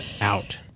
out